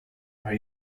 are